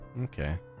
okay